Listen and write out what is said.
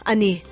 Ani